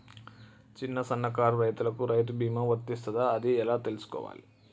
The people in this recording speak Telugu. చిన్న సన్నకారు రైతులకు రైతు బీమా వర్తిస్తదా అది ఎలా తెలుసుకోవాలి?